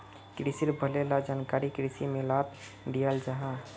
क्रिशिर भले ला जानकारी कृषि मेलात दियाल जाहा